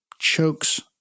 chokes